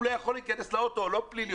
הוא לא יכול להיכנס לאוטו או לא פלילי,